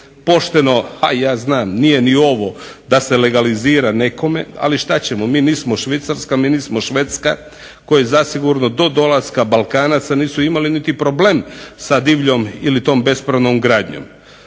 pošteno nije ni ovo da se legalizira nekome ali što ćemo, mi nismo Švicarska, mi nismo Švedska koje zasigurno do dolaska balkanaca nisu imali niti problem sa divljom ili bespravnom gradnjom.